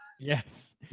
Yes